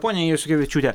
ponia juškevičiūte